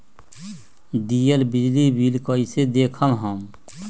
दियल बिजली बिल कइसे देखम हम?